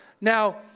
Now